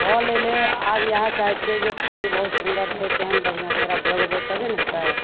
फल अएलै आब इएह चाहै छिए जे फल बहुत सुन्दर छै केहन बढ़िआँ जकरा जोगबै तभे ने हेतै